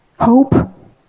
hope